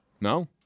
No